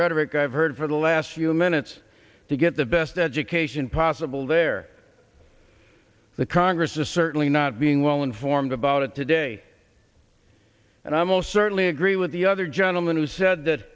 rhetoric i've heard for the last few minutes to get the best education possible they're the congress is certainly not being well informed about it today and i most certainly agree with the other gentleman who said that